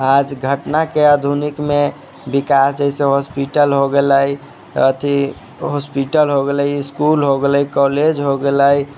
आज घटनाके आधुनिकमे विकास जैसे हॉस्पिटल हो गेलै अथी इसकुल हो गेलै कॉलेज हो गेलै